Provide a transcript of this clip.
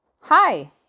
Hi